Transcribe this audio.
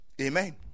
Amen